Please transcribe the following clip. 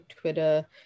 Twitter